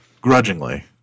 grudgingly